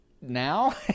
now